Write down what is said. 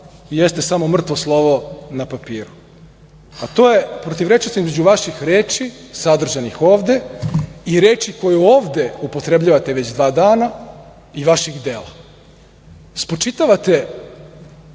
jeste samo mrtvo slovo na papiru, a to je protivrečnost između vaših reči sadržanih ovde i reči koje ovde upotrebljavate već dva dana i vaših dela. Spočitavate